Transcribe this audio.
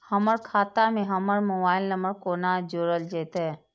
हमर खाता मे हमर मोबाइल नम्बर कोना जोरल जेतै?